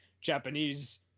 Japanese –